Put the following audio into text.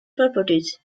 properties